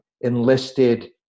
enlisted